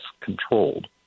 controlled